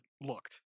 looked